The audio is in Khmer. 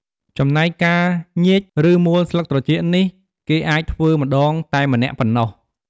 ចំណែការញៀច ឬ មួលស្លឹកត្រចៀកនេះ គេអាចធ្វើម្ដងតែម្នាក់ប៉ុណ្ណោះ។